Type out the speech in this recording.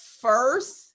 first